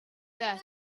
there